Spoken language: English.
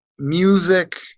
music